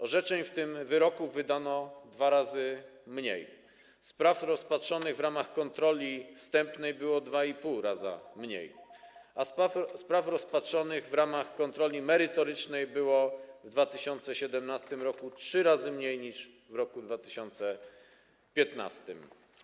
Orzeczeń, w tym wyroków, wydano 2 razy mniej, spraw rozpatrzonych w ramach kontroli wstępnej było 2,5 raza mniej, a spraw rozpatrzonych w ramach kontroli merytorycznej było w 2017 r. 3 razy mniej niż w roku 2015.